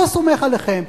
לא סומך עליכם.